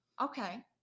Okay